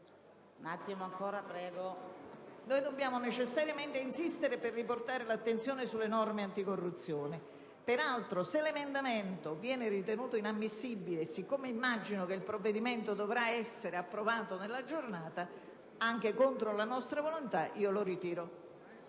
noi dobbiamo necessariamente insistere per riportare l'attenzione sulle norme anticorruzione. Peraltro, se l'emendamento viene ritenuto inammissibile e siccome immagino che il provvedimento milleproroghe dovrà essere approvato nella giornata, anche contro la nostra volontà, ritiro